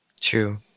True